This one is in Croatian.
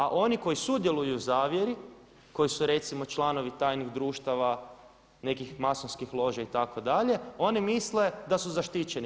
A oni koji sudjeluju u zavjeri, koji su recimo članovi tajnih društava, nekih masonskih loža itd. oni misle da su zaštićeni.